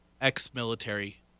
ex-military